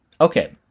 Okay